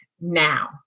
now